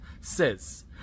says